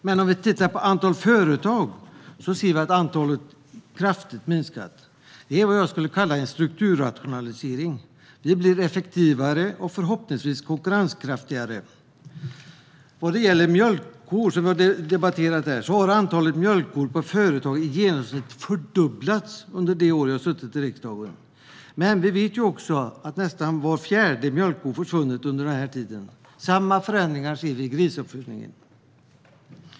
Men om vi tittar på antalet företag ser vi att antalet har minskat kraftigt. Det är vad jag skulle kalla en strukturrationalisering. Företagen blir effektivare och förhoppningsvis konkurrenskraftigare. Antalet mjölkkor per företag har i genomsnitt fördubblats under de år som jag har suttit i riksdagen. Men vi vet också att nästan var fjärde mjölkko har försvunnit under denna tid. Samma förändring ser vi inom grisuppfödningen.